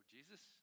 Jesus